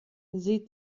sie